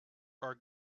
our